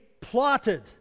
plotted